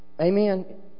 amen